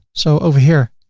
so over here,